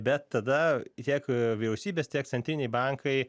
bet tada tiek vyriausybės tiek centriniai bankai